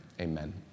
amen